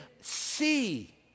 see